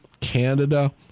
Canada